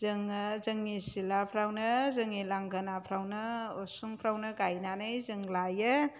जोङो जोंनि सिथ्लाफ्रावनो जोंनि लांगोनाफ्रावनो उसुंफ्रावनो गायनानै जों लायो